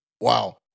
wow